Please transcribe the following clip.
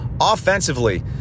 Offensively